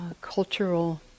cultural